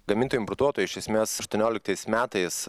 gamintojai importuotojai iš esmės aštuonioliktais metais